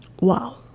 Wow